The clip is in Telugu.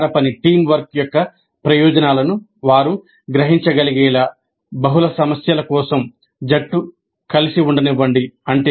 సహకార పని యొక్క ప్రయోజనాలను వారు గ్రహించగలిగేలా బహుళ సమస్యల కోసం జట్లు కలిసి ఉండనివ్వండి